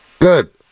Good